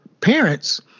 parents